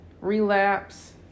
Relapse